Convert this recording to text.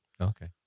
okay